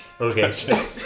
Okay